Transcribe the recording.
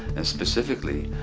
and specifically,